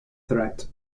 threat